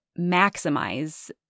maximize